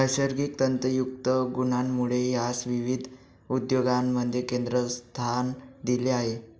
नैसर्गिक तंतुयुक्त गुणांमुळे यास विविध उद्योगांमध्ये केंद्रस्थान दिले आहे